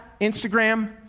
Instagram